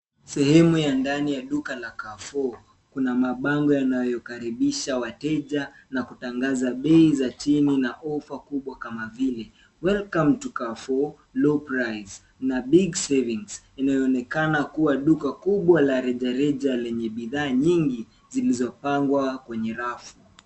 Sehemu ya ndani ya duka la Carrefour kuna mabango yanayokaribisha wateja na kutangaza bei za chini na ofa kubwa kama vile welcome to Carrefour low price na big savings inayoonekana kuwa duka kubwa la reja reja lenye bidhaa nyingi zilizo pangwa kwenye rafu.